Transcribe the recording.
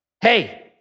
Hey